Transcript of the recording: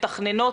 מתכננות,